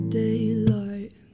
daylight